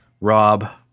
Rob